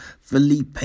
Felipe